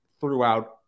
throughout